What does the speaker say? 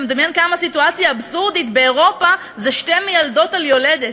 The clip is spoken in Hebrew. כמה הסיטואציה אבסורדית: באירופה יש שתי מיילדות על יולדת,